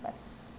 بس